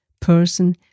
person